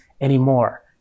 anymore